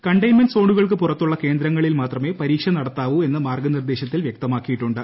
containment സോണുകൾക്ക് പുറത്തുള്ള കേന്ദ്രങ്ങളിൽ മാത്രമെ പരീക്ഷ നടത്താവൂ എന്ന് മാർഗ്ഗനിർദ്ദേശത്തിൽ വ്യക്തമാക്കിയിട്ടുണ്ട്